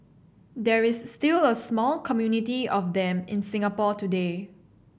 there is still a small community of them in Singapore today